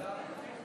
לא?